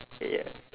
ya